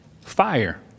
Fire